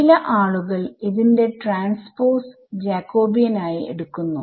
ചില ആളുകൾ ഇതിന്റെ ട്രാൻസ്പോസ് ജാകോബിയൻ ആയി എടുക്കുന്നു